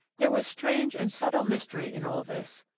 there was strange and subtle mystery in all this,